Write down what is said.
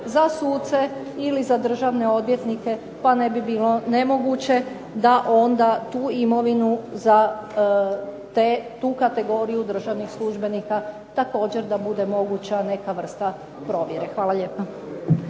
za suce ili za državne odvjetnike pa ne bi bilo nemoguće da onda tu imovinu za tu kategoriju državnih službenika također da bude moguća neka vrsta provjere. Hvala lijepa.